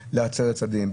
שבא להצר צעדים,